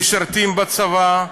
משרתים בצבא,